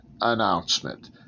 announcement